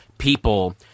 people